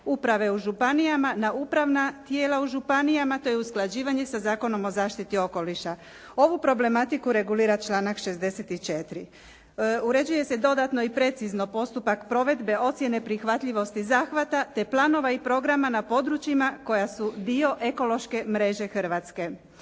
uprave u županijama, na upravna tijela u županijama. To je usklađivanje sa Zakonom o zaštiti okoliša. Ovu problematiku regulira članak 64. Uređuje se dodatno i precizno postupak provedbe, ocjene prihvatljivosti zahvata te planova i programa na područjima koja su dio ekološke mreže Hrvatske.